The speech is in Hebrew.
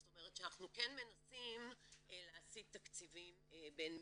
זאת אומרת שאנחנו כן מנסים להסיט תקציבים בין משרדים.